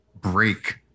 break